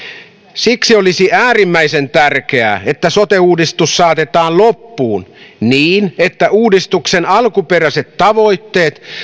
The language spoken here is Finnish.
siksi olisi äärimmäisen tärkeää että sote uudistus saatetaan loppuun niin että uudistuksen alkuperäiset tavoitteet